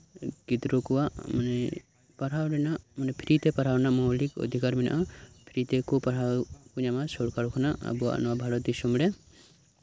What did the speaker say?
ᱜᱤᱫᱽᱨᱟᱹ ᱠᱚᱣᱟᱜ ᱢᱟᱱᱮ ᱯᱟᱲᱦᱟᱣ ᱨᱮᱱᱟᱜ ᱢᱟᱱᱮ ᱯᱷᱨᱤᱛᱮ ᱯᱟᱲᱦᱟᱣ ᱨᱮᱱᱟᱜ ᱢᱳᱣᱞᱤᱠ ᱚᱫᱷᱤᱠᱟᱨ ᱢᱮᱱᱟᱜᱼᱟ ᱯᱷᱨᱤᱛᱮ ᱯᱟᱲᱦᱟᱣ ᱠᱚ ᱧᱟᱢᱟ ᱥᱚᱨᱠᱟᱨ ᱠᱷᱚᱱᱟᱜ ᱟᱵᱚᱣᱟᱜ ᱱᱚᱶᱟ ᱵᱷᱟᱨᱚᱛ ᱫᱤᱥᱚᱢᱨᱮ